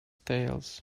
tales